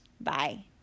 Bye